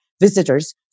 visitors